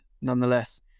nonetheless